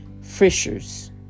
fishers